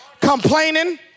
complaining